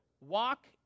Walk